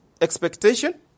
expectation